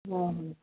হুম হুম